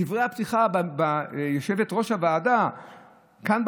ויושבת-ראש הוועדה כאן,